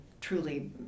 truly